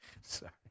Sorry